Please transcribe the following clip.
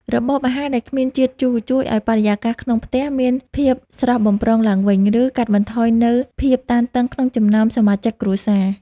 របបអាហារដែលគ្មានជាតិជូរជួយឱ្យបរិយាកាសក្នុងផ្ទះមានភាពស្រស់បំព្រងឡើងវិញ ឬ កាត់បន្ថយនូវភាពតានតឹងក្នុងចំណោមសមាជិកគ្រួសារ។